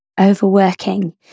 overworking